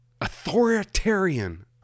Authoritarian